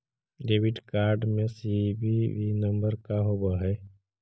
Debit card में CVV number का होव हइ?